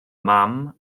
mam